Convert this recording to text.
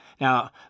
Now